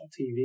TV